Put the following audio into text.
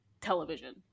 television